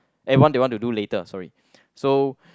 eh what they want to do later sorry so